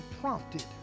prompted